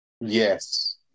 Yes